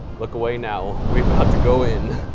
look away now. we about to go in.